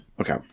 Okay